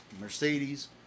Mercedes